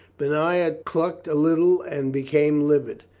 benaiah clucked a little and became livid.